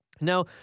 Now